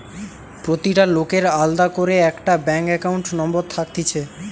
প্রতিটা লোকের আলদা করে একটা ব্যাঙ্ক একাউন্ট নম্বর থাকতিছে